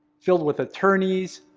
filled with attorneys,